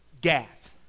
Gath